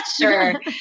sure